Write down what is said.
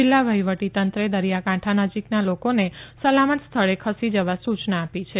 જીલ્લા વહીવટી તંત્રે દરિયાકાંઠા નજીકના લોકોને સલામત સ્થળે ખસી જવા સુચના આપી છે